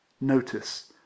notice